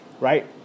right